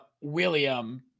William